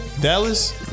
Dallas